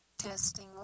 Testing